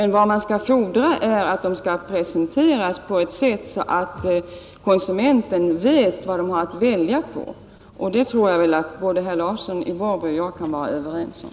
Vad man skall fordra är att de nya varorna skall presenteras på ett sätt som gör att konsumenten vet vad han har att välja på. Det kan väl herr Larsson i Borrby och jag vara överens om.